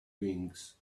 wings